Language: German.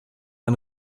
ein